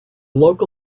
local